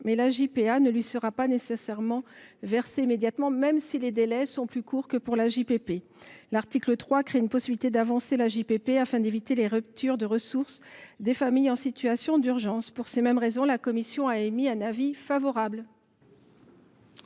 mais l’AJPA ne lui sera pas nécessairement versée, même si les délais sont plus courts que pour l’AJPP. L’article 3 vise à créer une possibilité d’avancer l’AJPP afin d’éviter les ruptures de ressources des familles en situation d’urgence. Pour ces raisons, la commission a émis un avis favorable.